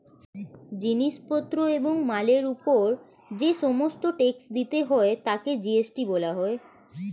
জিনিস পত্র এবং মালের উপর যে সমস্ত ট্যাক্স দিতে হয় তাকে জি.এস.টি বলা হয়